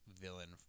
villain